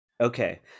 Okay